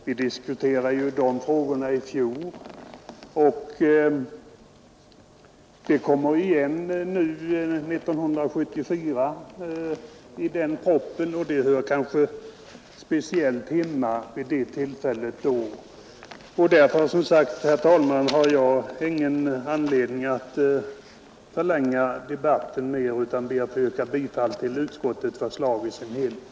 Vi diskuterade ju dessa frågor i fjol, och de kommer kanske återigen upp till 1974 års riksdag, då tiden för det avtalet utlöper. Det är väl då som de frågorna bör tas upp till diskussion. Herr talman! Jag har därför, som sagt, ingen anledning att ytterligare förlänga debatten utan ber att få yrka bifall till utskottets förslag på alla punkter.